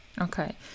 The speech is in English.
Okay